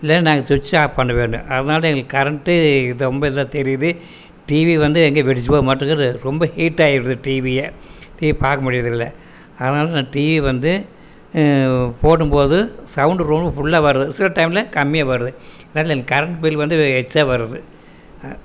இல்லை நாங்கள் switch off பண்ண வேண்டும் அதனால எங்கள் கரண்ட்டு ரொம்ப இதாக தெரியுது டிவி வந்து எங்கே வெடிச்சிப்போ மாட்டுகுது ரொம்ப ஹீட்டாயிருது டிவியே டிவி பார்க்க முடியறது இல்லை அதனால் நான் டிவி வந்து போடும்போது சௌண்டு ஃபுல்லாக வருது சில டைமில் கம்மியாக வருது இதால எனக் கரெண்ட் பில் வந்து எக்ஸ்ட்ரா வருது